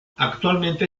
actualmente